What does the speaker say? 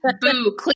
Boo